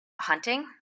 hunting